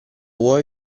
vuoi